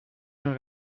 hun